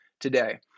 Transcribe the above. today